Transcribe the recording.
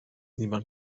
niemand